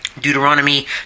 Deuteronomy